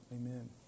Amen